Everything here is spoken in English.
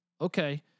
okay